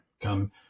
Come